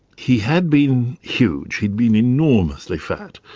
he had been huge, he'd been enormously fat.